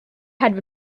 had